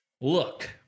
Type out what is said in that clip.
Look